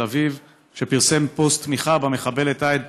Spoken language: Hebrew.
אביב שפרסם פוסט תמיכה במחבלת עהד תמימי.